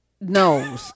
no